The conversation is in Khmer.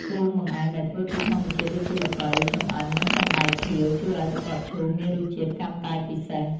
គ្រឿងបង្អែមដែលធ្វើពីធម្មជាតិដូចជាល្ពៅចម្អិននិងសណ្តែកខៀវជួយឱ្យទឹកកកឈូសមានរសជាតិកាន់តែពិសេស។